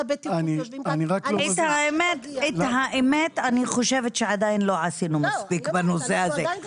את האמת אני חשובת שעדיין לא עשינו מספיק בנושא הזה.